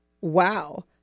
Wow